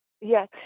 Yes